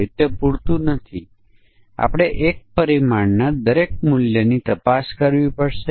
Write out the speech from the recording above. કારણ કે આ ઉદાહરણ માટે વિવિધ પ્રકારનાં અમાન્ય સમકક્ષ વર્ગ છે